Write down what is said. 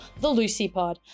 thelucypod